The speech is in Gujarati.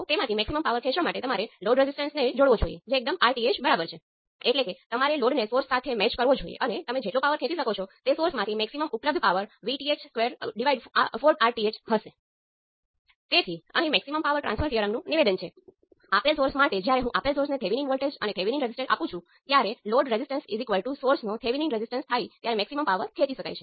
તેથી ચાર પેરામિટર સમાન ડાઈમેન્સન ધરાવતા નથી તેથી તેમને હાઈબ્રિડ પેરામિટર કહેવામાં આવે છે